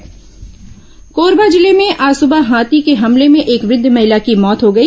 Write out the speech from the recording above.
हाथी ग्रामीण मौत कोरबा जिले में आज सुबह हाथी के हमले में एक वृद्ध महिला की मौत हो गई